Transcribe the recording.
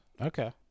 Okay